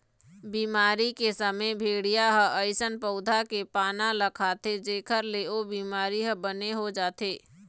बिमारी के समे भेड़िया ह अइसन पउधा के पाना ल खाथे जेखर ले ओ बिमारी ह बने हो जाए